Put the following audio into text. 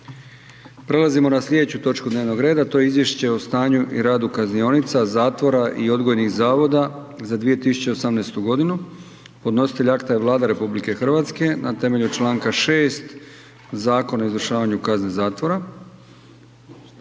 Prelazimo na slijedeću točku dnevnog reda to je: - Izvješće o stanju i radu kaznionica, zatvora i odgojnih zavoda za 2018. godinu Podnositelj akta je Vlada RH na temelju članka 6. Zakona o izvršavanju kazne zatvora.